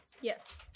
Yes